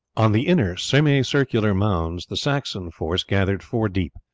on the inner semicircular mounds the saxon force gathered four deep.